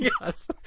Yes